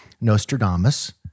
Nostradamus